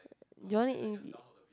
Johnny-Engli~